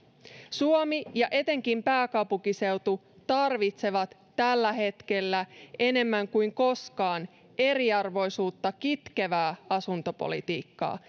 suomi ja etenkin pääkaupunkiseutu tarvitsevat tällä hetkellä enemmän kuin koskaan eriarvoisuutta kitkevää asuntopolitiikkaa